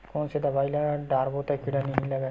कोन से दवाई ल डारबो त कीड़ा नहीं लगय?